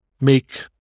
make